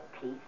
peace